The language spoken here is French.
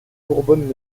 bourbonne